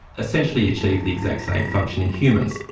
essentially achieve the exact same function in humans.